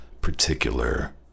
particular